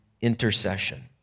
intercession